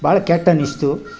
ಭಾಳ ಕೆಟ್ಟ ಅನಿಸಿತು